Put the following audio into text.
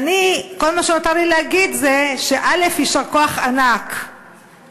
כל מה שנותר לי להגיד זה יישר כוח ענק לחיילים